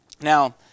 Now